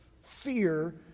Fear